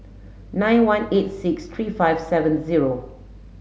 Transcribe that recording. nine one eight six three five seven zero